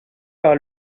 par